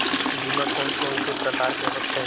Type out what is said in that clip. बीमा कोन कोन से प्रकार के होथे?